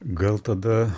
gal tada